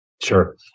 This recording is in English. Sure